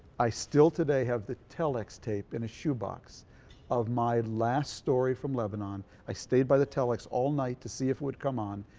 i still today have the telex tape in a shoebox of my last story from lebanon. i stayed by the telex all night to see if it would come on.